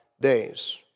days